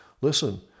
listen